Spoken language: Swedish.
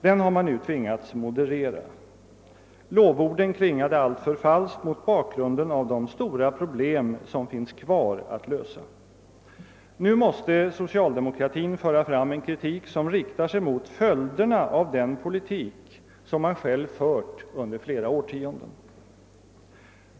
Den har man nu tvingats moderera. Lovorden klingade alltför falskt mot bakgrunden av de stora problem som finns kvar att lösa. Nu måste socialdemokratin föra fram en kritik som riktar sig mot följderna av den politik som man själv drivit under flera årtionden.